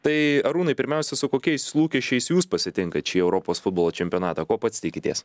tai arūnui pirmiausia su kokiais lūkesčiais jūs pasitinkat šį europos futbolo čempionatą ko pats tikitės